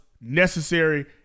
necessary